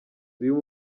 uyu